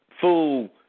full